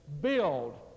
Build